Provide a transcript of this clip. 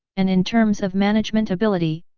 and in terms of management ability,